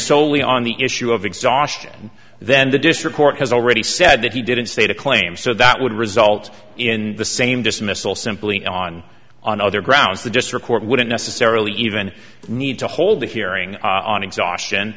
solely on the issue of exhaustion then the district court has already said that he didn't state a claim so that would result in the same dismissal simply on on other grounds that just report wouldn't necessarily even need to hold a hearing on exhaustion